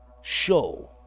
show